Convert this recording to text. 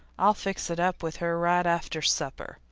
i'll fix it up with her right after supper.